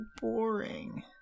boring